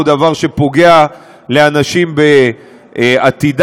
הוא דבר שפוגע לאנשים בעתידם,